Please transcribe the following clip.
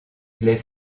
les